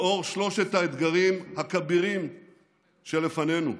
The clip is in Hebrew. לאור שלושת האתגרים הכבירים שלפנינו.